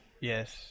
Yes